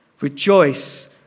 Rejoice